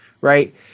right